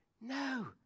No